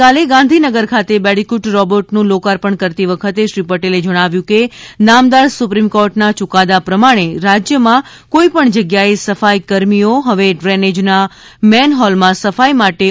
ગઇકાલે ગાંધીનગર ખાતે બેડીફ્રટ રોબોટનું લોકાર્પણ કરતી વખતે શ્રી પટેલે ઉમેર્યુ હતું કે નામદાર સુપ્રિમ કોર્ટના ચુકાદા પ્રમાણે રાજ્યમાં કોઇપણ જગ્યાએ સફાઇ કર્મીઓ હવે ડ્રેનેજના મેનહોલમાં સફાઇ માટે ઉતરવા દેવામાં આવતા નથી